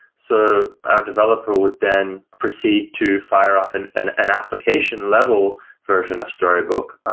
so our developer would then proceed to fire up and an an application level version of storybook,